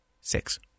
Six